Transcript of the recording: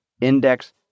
index